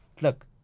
Look